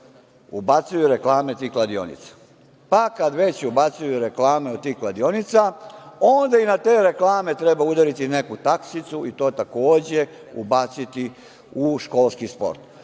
ubacuju reklame tih kladionica, pa kad već ubacuju reklame od tih kladionica, onda i na te reklame treba udariti neku taksicu i to takođe ubaciti u školski